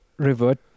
Revert